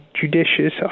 judicious